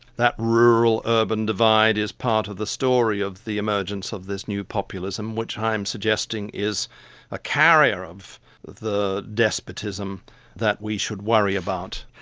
that rural-urban divide is part of the story of the emergence of this new populism which i'm suggesting is a carrier of the despotism that we should worry about.